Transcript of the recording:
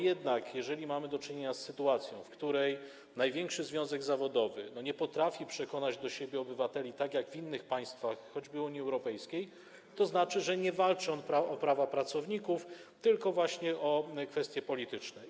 Jeżeli mamy do czynienia z sytuacją, w której największy związek zawodowy nie potrafi przekonać do siebie obywateli, tak jak jest w innych państwach, choćby Unii Europejskiej, to znaczy, że nie walczy on o prawa pracowników, tylko właśnie o kwestie polityczne.